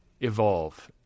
evolve